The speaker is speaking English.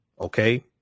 Okay